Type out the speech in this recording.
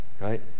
right